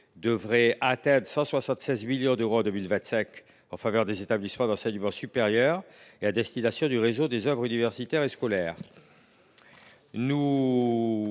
devrait atteindre 176 millions d’euros en 2025 en faveur des établissements d’enseignement supérieur et à destination du réseau des œuvres universitaires et scolaires. Or